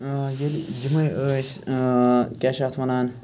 ییٚلہِ یِمے ٲسۍ کیاہ چھِ اتھ وَنان